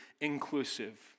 inclusive